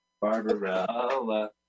Barbarella